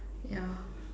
yeah